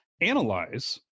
analyze